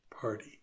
party